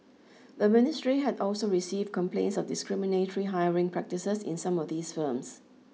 the ministry had also received complaints of discriminatory hiring practices in some of these firms